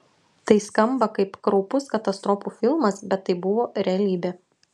tai skamba kaip kraupus katastrofų filmas bet tai buvo realybė